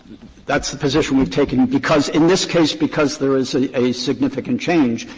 that's the position we've taken because in this case because there is a a significant change.